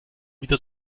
wieder